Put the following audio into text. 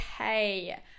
okay